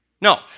No